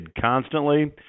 constantly